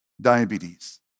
diabetes